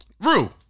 Rue